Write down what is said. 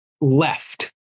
left